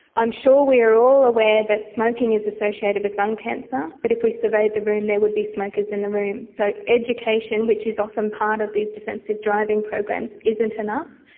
i'm sure we are all aware that smoking is associated with lung cancer, but if we surveyed the room there would be smokers in the room. so education, which is often part of these defensive driving programs, isn't enough.